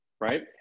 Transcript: Right